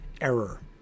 error